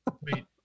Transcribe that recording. Wait